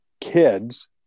kids